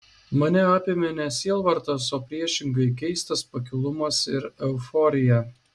mane apėmė ne sielvartas o priešingai keistas pakilumas ir euforija